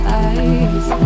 eyes